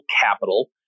capital